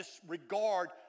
disregard